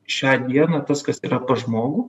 šią dieną tas kas yra pas žmogų